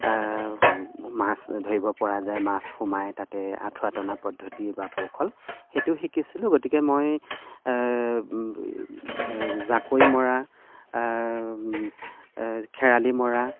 মাছ ধৰিব পৰা যায় মাছ সোমাই তাতে আঁঠুৱা টনা পদ্ধতি বা কৌশল সেইটো শিকিছিলোঁ গতিকে মই জাকৈ মৰা খেৰালি মৰা